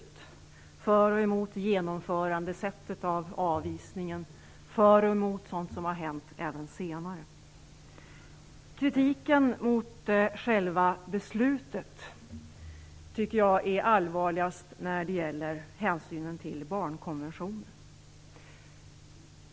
För och emot sättet att genomföra avvisningen. För och emot även sådant som har hänt senare. Kritiken om själva beslutet tycker jag är allvarligast när det gäller hänsynen till barnkonventionen.